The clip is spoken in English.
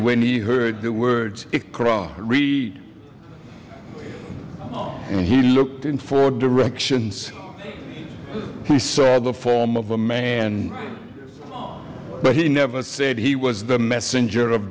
when he heard the words read oh and he looked in four directions he saw the form of a man but he never said he was the messenger of